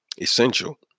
essential